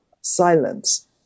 silence